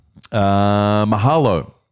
Mahalo